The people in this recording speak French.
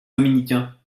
dominicains